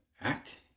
act